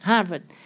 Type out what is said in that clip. Harvard